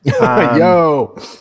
Yo